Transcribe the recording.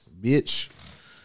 Bitch